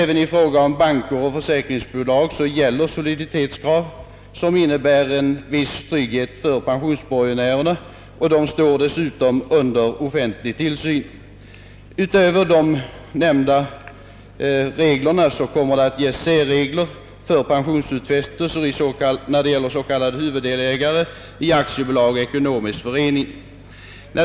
Även i fråga om banker och försäkringsbolag gäller soliditetskrav, som innebär en viss trygghet för pensionsborgenärerna, och de står dessutom under offentlig tillsyn. Förutom de nämnda reglerna kommer det att bli särregler för pensionsutfästelser till s.k. huvuddelägare i aktiebolag eller ekonomisk förening.